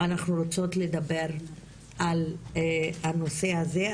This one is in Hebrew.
אנחנו רוצות לדבר על נושא הזה.